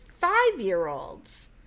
five-year-olds